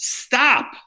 stop